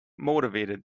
motivated